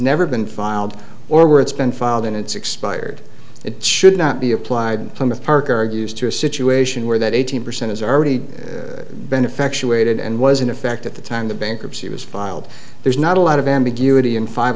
never been filed or where it's been filed and it's expired it should not be applied some of park argues to a situation where that eighteen percent is already benefaction weighted and was in effect at the time the bankruptcy was filed there's not a lot of ambiguity in five